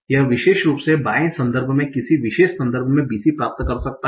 यह विशेष रूप से बाएँ संदर्भ में किसी विशेष संदर्भ में bc प्राप्त कर सकता है